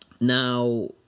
Now